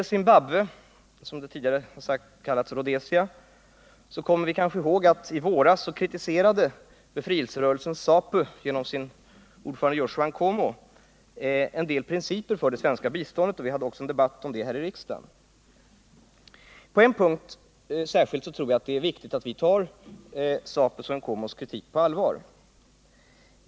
Först Zimbabwe, som tidigare kallades Rhodesia. I våras kritiserade befrielserörelsen ZAPU genom sin ordförande Joshua Nkomo en del principer för det svenska biståndet. Vi hade också en debatt om detta här i riksdagen. Särskilt på en punkt tror jag att det är viktigt att vi tar ZAPU:s och Nkomos kritik på allvar.